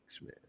man